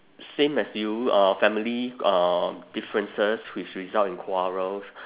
same as you uh family um differences which result in quarrels